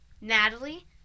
Natalie